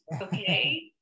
okay